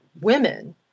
women